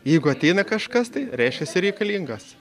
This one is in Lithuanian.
jeigu ateina kažkas tai reiškiasi reikalingas